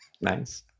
Nice